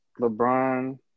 LeBron